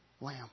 lamb